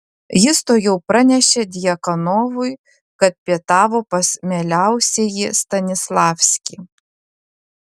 jis tuojau pranešė djakonovui kad pietavo pas mieliausiąjį stanislavskį